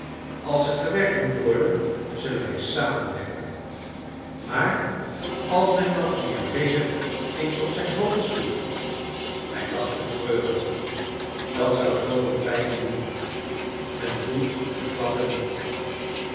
als er gewerkt moet worden zullen wij samen werken maar als men mattia weder eens op zijn hoofd sloeg hij lachte treurig dat zou zooveel pijn niet doen men voelt de klappen niet